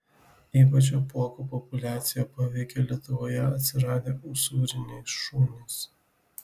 ypač apuokų populiaciją paveikė lietuvoje atsiradę usūriniai šunys